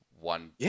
one